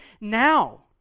now